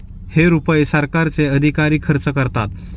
हे रुपये सरकारचे अधिकारी खर्च करतात